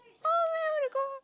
oh I really want to go